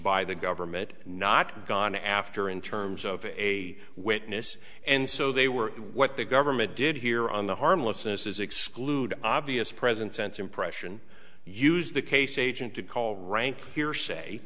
by the government not gone after in terms of a witness and so they were what the government did here on the harmlessness is exclude obvious present sense impression used the case agent to call rank hearsay